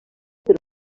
per